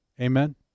Amen